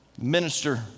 minister